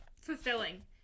fulfilling